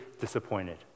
disappointed